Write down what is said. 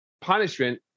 punishment